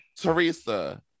Teresa